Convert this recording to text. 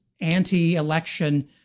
anti-election